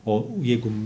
o jeigu